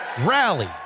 rally